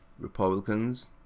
Republicans